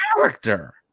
character